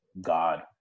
God